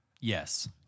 Yes